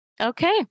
Okay